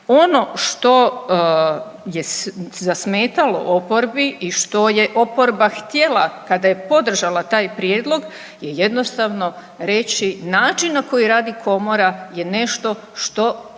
Ono što je zasmetalo oporbi i što je oporba htjela kada je podržala taj prijedlog je jednostavno reći način na koji radi Komora je nešto što